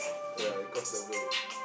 ya it cost double